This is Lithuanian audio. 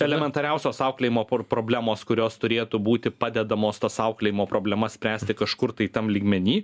elementariausios auklėjimo por problemos kurios turėtų būti padedamos tas auklėjimo problemas spręsti kažkur tai tam lygmeny